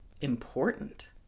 Important